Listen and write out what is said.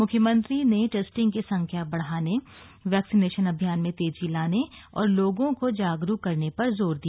मुख्यमंत्री ने टेस्टिंग की संख्या बढ़ाने वैक्सीनेशन अभियान में तेजी लाने और लोगों को जागरूक करने पर जोर दिया